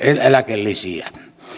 eläkelisiä